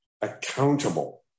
accountable